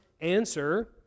answer